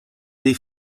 dei